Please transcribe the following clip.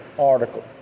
article